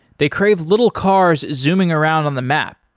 they crave little cars zooming around on the map.